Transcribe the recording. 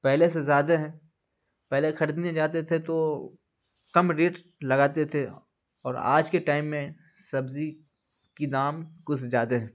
پہلے سے زیادہ ہیں پہلے خریدنے جاتے تھے تو کم ریٹ لگاتے تھے اور آج کے ٹائم میں سبزی کی دام کچھ زیادہ ہے